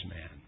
man